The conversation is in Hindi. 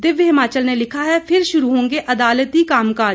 दिव्य हिमाचल ने लिखा है फिर शुरू होंगे अदालती कामकाज